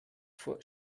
vor